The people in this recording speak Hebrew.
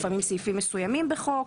לפעמים סעיפים מסוימים בחוק.